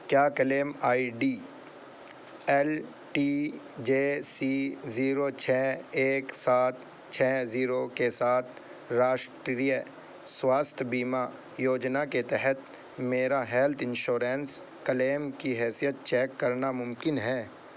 کیا claim I D L T J C zero چھ ایک سات چھ زیرو کے ساتھ راشٹریہ سواستھ بیمہ یوجنا کے تحت میرا ہیلتھ انشورنس کلیم کی حیثیت چیک کرنا ممکن ہے